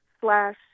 slash